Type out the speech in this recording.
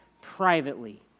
privately